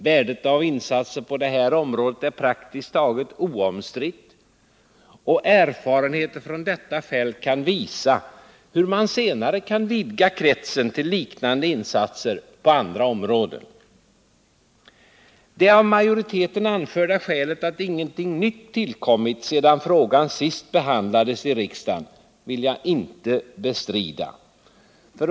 Värdet av insatser på detta område är praktiskt taget oomstritt, och 153 erfarenheter från detta fält kan visa hur man senare kan vidga kretsen till liknande insatser på andra områden. Det av majoriteten anförda skälet att ingenting nytt har tillkommit sedan frågan sist behandlades i riksdagen vill jag inte bestrida.